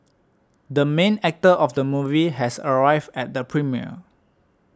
the main actor of the movie has arrived at the premiere